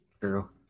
true